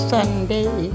Sunday